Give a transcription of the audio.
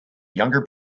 younger